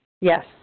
Yes